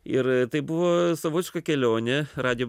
ir tai buvo savotiška kelionė radijo